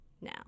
now